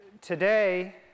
today